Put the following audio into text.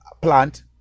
Plant